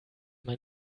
man